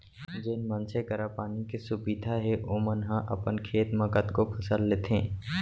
जेन मनसे करा पानी के सुबिधा हे ओमन ह अपन खेत म कतको फसल लेथें